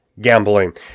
Gambling